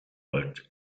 alt